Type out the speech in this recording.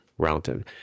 relative